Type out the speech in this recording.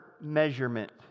measurement